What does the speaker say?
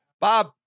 Bob